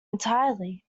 entirely